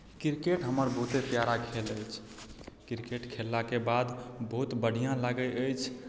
cricket हमर बहुते प्यारा खेल अछि क्रिकेट खेललाके बाद बहुत बढ़िआँ लागैत अछि